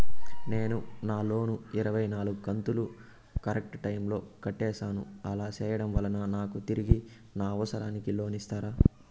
నేను నా లోను ఇరవై నాలుగు కంతులు కరెక్టు టైము లో కట్టేసాను, అలా సేయడం వలన నాకు తిరిగి నా అవసరానికి లోను ఇస్తారా?